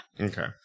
Okay